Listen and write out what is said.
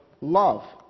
love